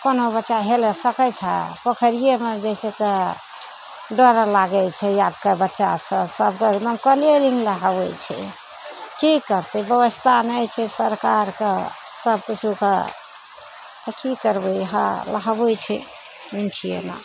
कोनो बच्चा हेलय सकय छै पोखरियेमे जे छै तऽ डर लागय छै आबके बच्चा सब सबके एकदम कमे दिन नहबइ छै की करतइ व्यवस्था नहि छै सरकारके सबकुछोके तऽ की करबय हँ नहबय छै बुझिये ने